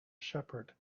shepherd